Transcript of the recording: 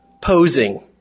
posing